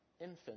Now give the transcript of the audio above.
infant